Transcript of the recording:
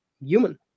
human